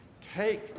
Take